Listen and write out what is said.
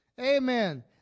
Amen